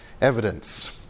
evidence